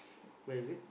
where is it